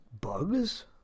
bugs